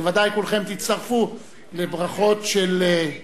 בוודאי כולכם תצטרפו לברכות של,